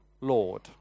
Lord